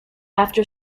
after